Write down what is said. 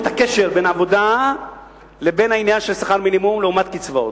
את הקשר בין העבודה לבין העניין של שכר מינימום לעומת קצבאות.